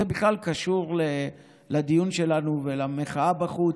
זה בכלל קשור לדיון שלנו ולמחאה בחוץ.